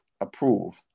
approved